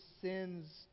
sins